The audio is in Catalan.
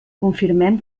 confirmem